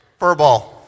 Furball